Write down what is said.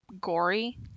gory